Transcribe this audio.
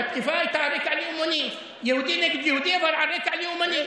התקיפה הייתה על רקע לאומני יהודי נגד יהודי אבל על רקע לאומני,